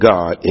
God